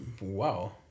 Wow